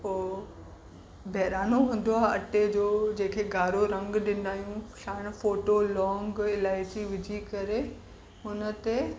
पोइ बहिराणो हूंदो आहे अटे जो जंहिंखे ॻाढ़ो रंग ॾींदा आहियूं सांण फोटो लौंग इलाइची विझी करे उनते